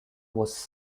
was